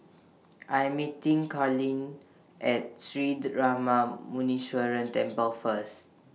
I Am meeting Karlene At Sri Darma Muneeswaran Temple First